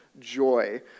joy